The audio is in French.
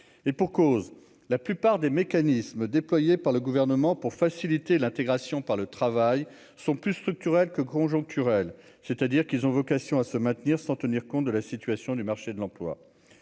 et pour cause, la plupart des mécanismes déployés par le gouvernement pour faciliter l'intégration par le travail sont plus structurels que conjoncturels, c'est-à-dire qu'ils ont vocation à se maintenir, sans tenir compte de la situation du marché de l'emploi,